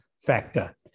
factor